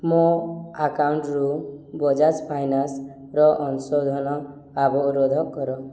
ମୋ ଆକାଉଣ୍ଟରୁ ବଜାଜ ଫାଇନାନ୍ସର ଅଂଶଧନ ଅବରୋଧ କର